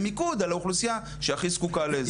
במיקוד על האוכלוסייה שהכי זקוקה לזה.